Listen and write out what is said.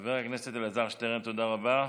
חבר הכנסת אלעזר שטרן, תודה רבה.